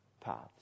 paths